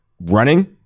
running